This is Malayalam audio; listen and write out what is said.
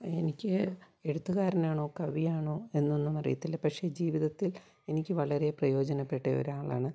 എനിക്ക് എഴുത്തുരനാണോ കവിയാണോ എന്നൊന്നും അറിയത്തില്ല പക്ഷേ ജീവിതത്തിൽ എനിക്ക് വളരെ പ്രയോജനപ്പെട്ട ഒരാളാണ്